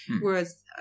Whereas